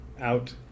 out